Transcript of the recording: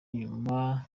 nyuma